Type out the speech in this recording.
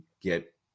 get